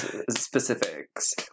specifics